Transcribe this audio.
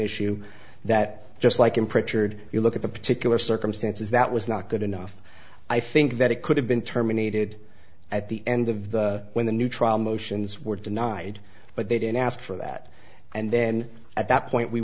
issue that just like in prichard you look at the particular circumstances that was not good enough i think that it could have been terminated at the end of the when the new trial motions were denied but they didn't ask for that and then at that point we